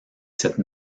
cette